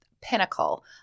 pinnacle